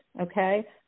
okay